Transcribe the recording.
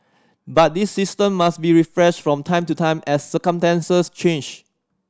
but this system must be refreshed from time to time as circumstances change